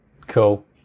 Cool